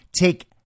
take